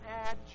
add